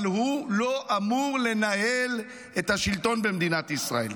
אבל הוא לא אמור לנהל את השלטון במדינת ישראל.